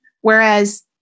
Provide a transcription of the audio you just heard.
Whereas